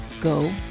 go